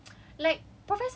is very hard to answer